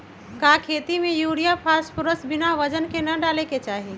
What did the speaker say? का खेती में यूरिया फास्फोरस बिना वजन के न डाले के चाहि?